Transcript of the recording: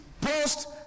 Post